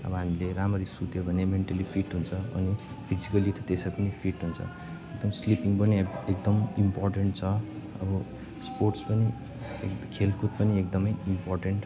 अब हामीले रामरी सुत्यो भने मेन्टली फिट हुन्छ अनि फिजिकल्ली त त्यसै पनि फिट हुन्छ एकदम स्लिपिङ पनि एकदम इम्पोर्टेन्ट छ अब स्पोर्टस पनि खेलकुद पनि एकदमै इम्पोर्टेन्ट